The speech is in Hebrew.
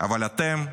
אבל אתם,